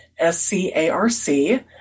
SCARC